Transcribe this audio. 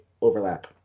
overlap